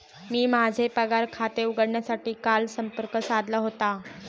मी माझे पगार खाते उघडण्यासाठी काल संपर्क साधला होता